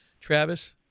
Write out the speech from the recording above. Travis